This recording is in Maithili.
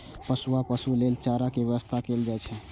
पोसुआ पशु लेल चारा के व्यवस्था कैल जाइ छै